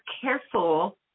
careful